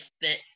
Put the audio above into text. fit